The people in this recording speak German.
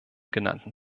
genannten